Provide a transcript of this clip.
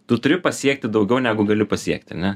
tu turi pasiekti daugiau negu gali pasiekti ane